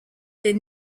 était